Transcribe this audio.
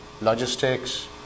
logistics